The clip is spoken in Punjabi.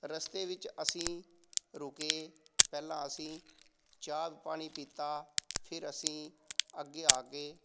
ਰਸਤੇ ਵਿੱਚ ਅਸੀਂ ਰੁਕੇ ਪਹਿਲਾਂ ਅਸੀਂ ਚਾਹ ਪਾਣੀ ਪੀਤਾ ਫਿਰ ਅਸੀਂ ਅੱਗੇ ਆ ਗਏ